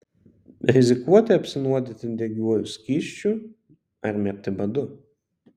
rizikuoti apsinuodyti degiuoju skysčiu ar mirti badu